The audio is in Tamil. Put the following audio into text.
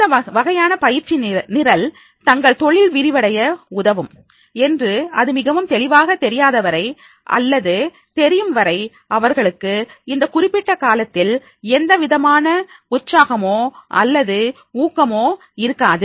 இந்த வகையான பயிற்சி நிரல் தங்கள் தொழில் விரிவடைய உதவும் என்று அது மிகவும் தெளிவாக தெரியாத வரை அல்லது தெரியும் வரை அவர்களுக்கு இந்த குறிப்பிட்ட கற்பதில் எந்தவிதமான உற்சாகமோ அல்லது ஊக்கமோ இருக்காது